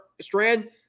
Strand